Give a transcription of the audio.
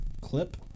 Clip